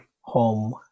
home